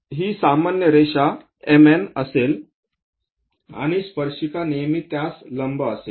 ही सामान्य रेषा MN असेल आणि स्पर्शिका नेहमी त्यास लंब असेल